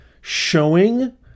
showing